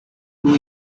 two